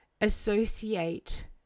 associate